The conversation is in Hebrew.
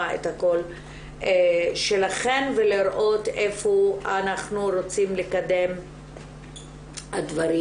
את הקול שלכן ולראות איפה אנחנו רוצים לקדם את הדברים.